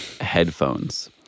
headphones